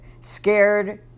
scared